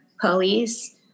police